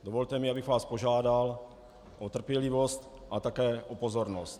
Dovolte mi, abych vás požádal o trpělivost a také o pozornost.